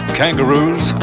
kangaroos